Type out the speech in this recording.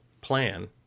plan